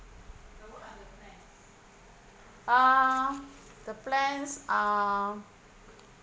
uh the plans are